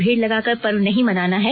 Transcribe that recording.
भीड़ लगाकर पर्व नहीं मनाना है